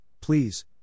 please